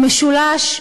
הוא משולש,